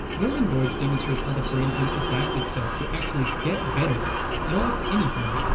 norman doidge demonstrates how the brain can adapt itself to actually get better at almost anything,